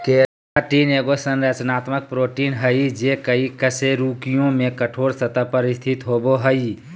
keratin एगो संरचनात्मक protein हइ जे कई कशेरुकियों में कठोर सतह पर स्थित होबो हइ